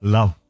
Love